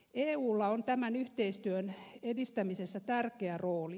euila on tämän yhteistyön edistämisessä tärkeä rooli